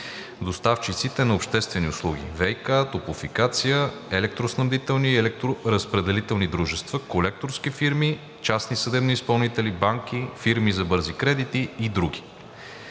доставчиците на обществени услуги, ВИК, Топлофикация, електроснабдителни и електроразпределителни дружества, колекторски фирми, частни съдебни изпълнители, банки, фирми за бързи кредити и други.